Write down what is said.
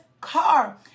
car